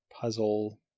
puzzle